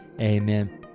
Amen